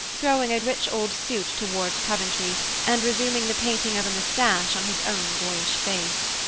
throwing a rich old suit toward coventry and resuming the painting of a moustache on his own boyish face.